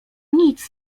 nic